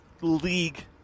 league